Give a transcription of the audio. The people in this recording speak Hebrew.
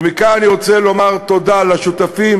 ומכאן אני רוצה לומר תודה לשותפים